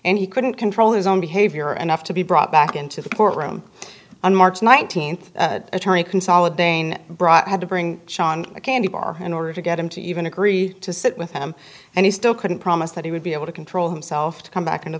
and he couldn't control his own behavior and have to be brought back into the courtroom on march nineteenth attorney consolidating brought had to bring sean a candy bar in order to get him to even agree to sit with him and he still couldn't promise that he would be able to control himself to come back into